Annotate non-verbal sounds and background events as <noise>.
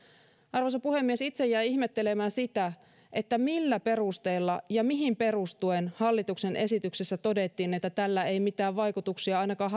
arvoisa puhemies itse jäin ihmettelemään sitä millä perusteella ja mihin perustuen hallituksen esityksessä todettiin että tällä ei mitään vaikutuksia ainakaan <unintelligible>